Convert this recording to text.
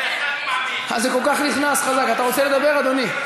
זה חד-פעמי, אתה רוצה לדבר, אדוני?